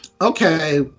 okay